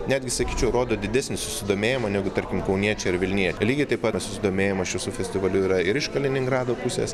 netgi sakyčiau rodo didesnį susidomėjimą negu tarkim kauniečiai ar vilnie lygiai taip pat susidomėjimas šviesų festivaliu yra ir iš kaliningrado pusės